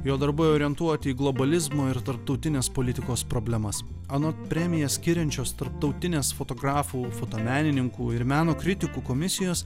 jo darbai orientuoti į globalizmo ir tarptautinės politikos problemas anot premiją skiriančios tarptautinės fotografų fotomenininkų ir meno kritikų komisijos